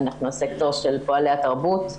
אנחנו הסקטור של פועלי התרבות.